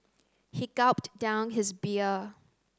he gulped down his beer